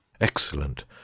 Excellent